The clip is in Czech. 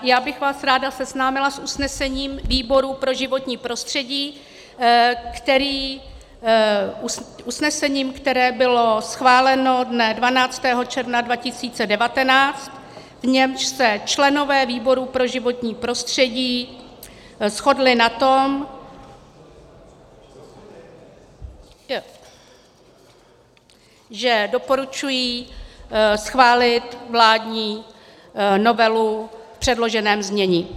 Já bych vás ráda seznámila s usnesením výboru pro životní prostředí, s usnesením, které bylo schváleno dne 12. června 2019, v němž se členové výboru pro životní prostředí shodli na tom, že doporučují schválit vládní novelu v předloženém znění.